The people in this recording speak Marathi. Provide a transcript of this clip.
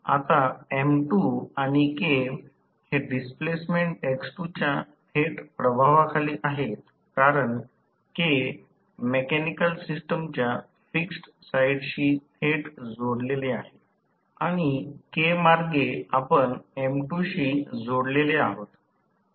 आता M2 आणि K हे डिस्प्लेसमेंट x2 च्या थेट प्रभावाखाली आहेत कारण K मेकॅनिकल सिस्टमच्या फिक्स्ड साईडशी थेट जोडलेले आहे आणि K मार्गे आपण M2 शी जोडलेले आहोत